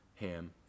Ham